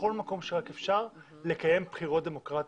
בכל מקום שרק אפשר לקיים בחירות דמוקרטיות.